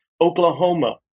Oklahoma